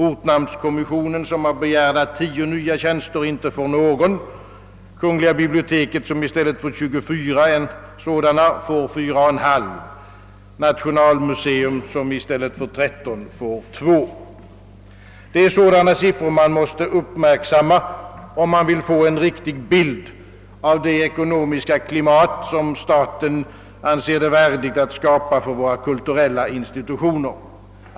Ortnamnskommissionen som av begärda 10 nya tjänster inte får någon, kungl. bib Det är sådana siffror man måste uppmärksamma, om man vill få en riktig bild av det ekonomiska klimat, som staten anser det värdigt att skapa för våra kulturella institutioner.